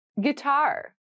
Guitar